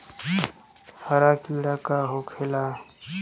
हरा कीड़ा का होखे ला?